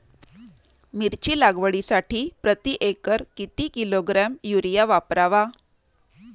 मिरची लागवडीसाठी प्रति एकर किती किलोग्रॅम युरिया वापरावा?